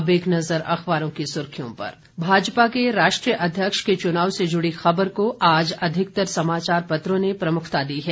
अब एक नजर अखबारों की सुर्खियों पर भाजपा के राष्ट्रीय अध्यक्ष के चुनाव से जुड़ी खबर को आज अधिकतर समाचार पत्रों ने प्रमुखता दी है